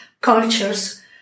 cultures